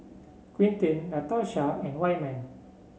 Quinten Latarsha and Wyman